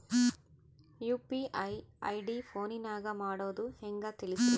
UPI ID ಫೋನಿನಾಗ ಮಾಡೋದು ಹೆಂಗ ತಿಳಿಸ್ರಿ?